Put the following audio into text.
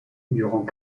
durant